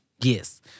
Yes